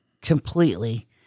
completely